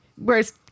Whereas